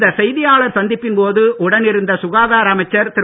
இந்த செய்தியாளர் சந்திப்பின் போது உடன் இருந்த சுகாதார அமைச்சர் திரு